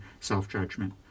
self-judgment